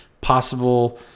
possible